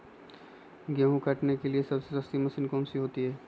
गेंहू काटने के लिए सबसे सस्ती मशीन कौन सी होती है?